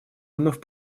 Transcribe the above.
вновь